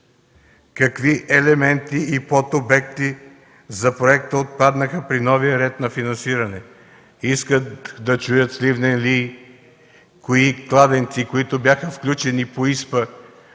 какви елементи и подобекти за проекта отпаднаха при новия ред на финансиране? Искат да чуят сливналии кои кладенци, които бяха включени по ИСПА,